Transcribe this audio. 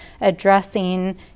addressing